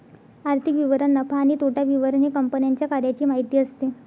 आर्थिक विवरण नफा आणि तोटा विवरण हे कंपन्यांच्या कार्याची माहिती असते